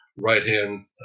right-hand